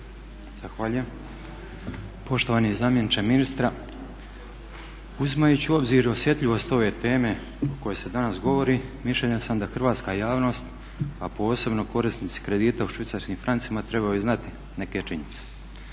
Zahvaljujem. Poštovani zamjeniče ministra uzimajući u obzir osjetljivost ove teme o kojoj se danas govori mišljenja sam da hrvatska javnost, a posebno korisnici kredita u švicarskim francima trebaju znati neke činjenice.